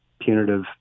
punitive